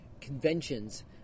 conventions